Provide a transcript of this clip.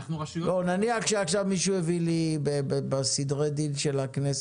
אנחנו מאחלים לשתיכן בהצלחה.